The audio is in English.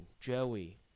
Joey